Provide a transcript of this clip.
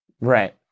Right